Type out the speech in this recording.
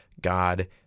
God